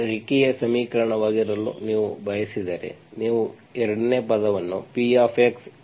ಇದು ರೇಖೀಯ ಸಮೀಕರಣವಾಗಿರಲು ನೀವು ಬಯಸಿದರೆ ನೀವು 2 ನೇ ಪದವನ್ನು Px Z